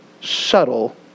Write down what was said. subtle